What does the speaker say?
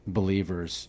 believers